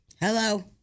Hello